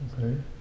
Okay